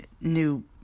new